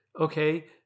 okay